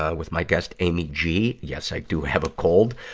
ah with my guest, amy g. yes, i do have a cold.